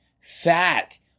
fat